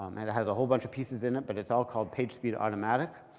um and it has a whole bunch of pieces in it, but it's all called pagespeed automatic.